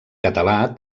català